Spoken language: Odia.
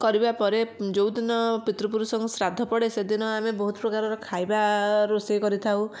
କରିବା ପରେ ଯେଉଁଦିନ ପିତୃପୁରୁଷଙ୍କୁ ଶ୍ରାଦ୍ଧ ପଡ଼େ ସେଦିନ ଆମେ ବହୁତ ପ୍ରକାରର ଖାଇବା ରୋଷେଇ କରିଥାଉ